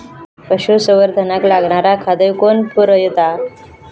पशुसंवर्धनाक लागणारा खादय कोण पुरयता?